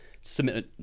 submit